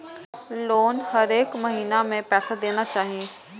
Loan हरेक महीना में पैसा देना चाहि?